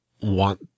want